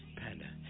panda